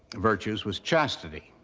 virtues was chastity.